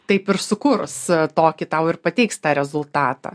taip ir sukurs tokį tau ir pateiks tą rezultatą